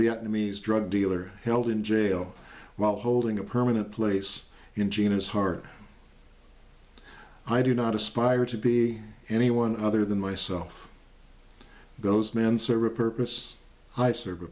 vietnamese drug dealer held in jail while holding a permanent place in gina's heart i do not aspire to be anyone other than myself those mensa repurpose i serve a